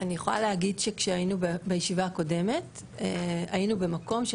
אני יכולה להגיד שבישיבה הקודמת היינו במקום של